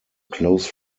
close